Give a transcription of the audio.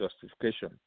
justification